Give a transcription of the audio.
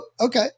okay